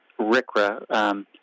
RICRA